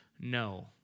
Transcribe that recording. No